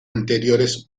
anteriores